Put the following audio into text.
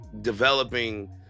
developing